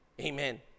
Amen